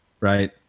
right